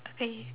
okay